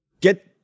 get